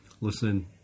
Listen